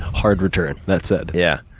hard return, that said. yeah,